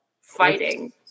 fighting